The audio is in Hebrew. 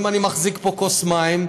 אם אני מחזיק פה כוס מים,